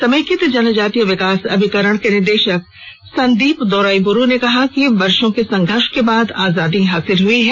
समेकित जनजातीय विकास अभिकरण के निदेशक संदीप दोराईबुरु ने कहा कि वर्षो के संघर्ष के पश्चात आजादी हासिल हुई है